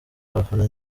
abafana